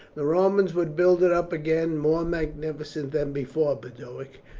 the romans would build it up again more magnificent than before, boduoc.